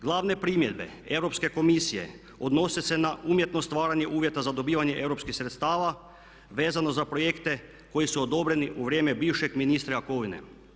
Glavne primjedbe Europske komisije odnose se na umjetno stvaranje uvjeta za dobivanje europskih sredstava vezano za projekte koji su odobreni u vrijeme bivšeg ministra Jakovine.